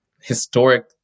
historic